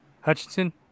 Hutchinson